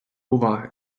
уваги